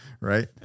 Right